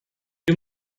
you